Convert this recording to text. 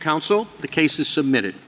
counsel the case is submitted